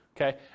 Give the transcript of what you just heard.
Okay